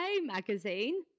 Magazine